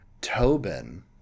Tobin